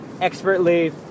expertly